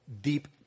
deep